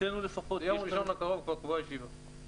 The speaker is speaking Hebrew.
ביום ראשון הקרוב כבר קבועה ישיבה.